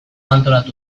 antolatu